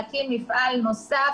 להקים מפעל נוסף